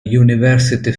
university